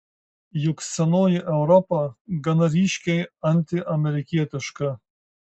juk senoji europa gana ryškiai antiamerikietiška